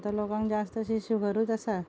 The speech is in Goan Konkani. आतां लोकांक जास्तशी शुगरूच आसा